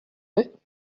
vais